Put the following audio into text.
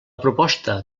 proposta